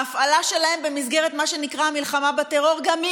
ההפעלה שלהם במסגרת מה שנקרא המלחמה בטרור גם היא